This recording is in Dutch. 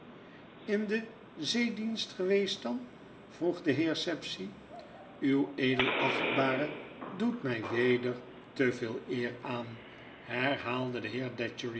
in den zeedienst geweest dan vroeg de heer sapsea uw edelachtbare doet my weder te veel eer aan herhaalde de